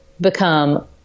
become